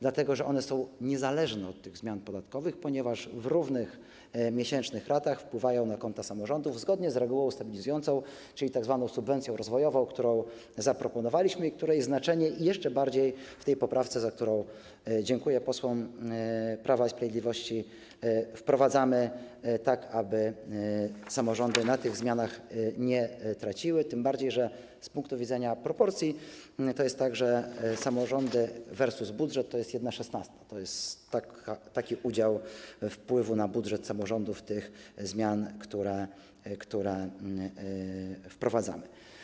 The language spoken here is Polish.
Dlatego że one są niezależne od tych zmian podatkowych, ponieważ w równych miesięcznych ratach wpływają one na konta samorządów, zgodnie z regułą stabilizującą, czyli tzw. subwencją rozwojową, którą zaproponowaliśmy i której znaczenie zwiększa jeszcze ta poprawka, za którą dziękuję posłom Prawa i Sprawiedliwości, po to aby samorządy na tych zmianach nie traciły, tym bardziej że z punktu widzenia proporcji jest tak, że samorządy versus budżet to jest 1/16 - taki jest udział wpływu na budżet samorządów tych zmian, które wprowadzamy.